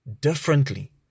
differently